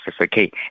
okay